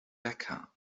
becca